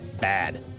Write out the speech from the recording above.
Bad